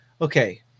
okay